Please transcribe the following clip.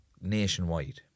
nationwide